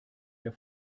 der